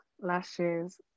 lashes